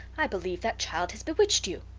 i believe that child has bewitched you!